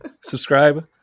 Subscribe